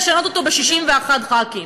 מי שעושה את זה זה אך ורק אתם.